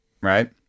right